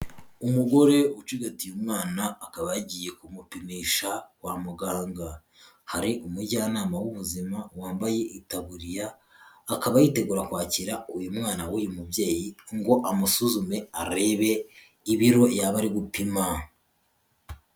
Umugore ucigatiye umwana akaba yagiye kumupimisha kwa muganga, hari umujyanama w'ubuzima wambaye itaburiya, akaba yitegura kwakira uyu mwana wuyu mubyeyi ngo amusuzume arebe ibiro yaba ari gupima.